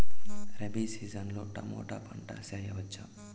Rabi season లో tomato పంట వేయవచ్చా?